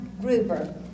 Gruber